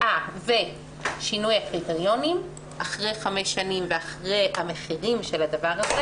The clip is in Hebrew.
ושינויי הקריטריונים אחרי חמש שנים ואחרי המחירים של הדבר הזה